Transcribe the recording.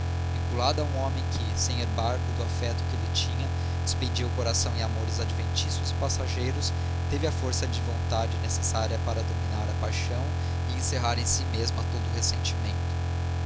vinculada a um homem que sem embargo do afeto que lhe tinha despendia o coração em amores adventícios e passageiros teve a força de vontade necessária para dominar a paixão e encerrar em si mesma todo o ressentimento